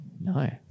No